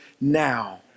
now